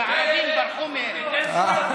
הערבים ברחו מהן.